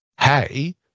hey